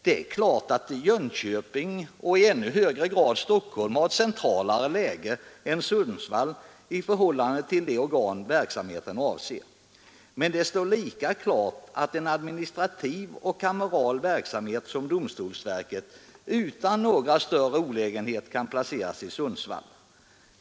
Det är klart att Jönköping och i ännu högre grad Stockholm har ett centralare läge än Sundsvall i förhållande till de organ verksamheten avser. Men det står lika klart att en administrativ och kameral verksamhet som domstolsverkets utan några större olägenheter kan placeras i Sundsvall.